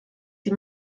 die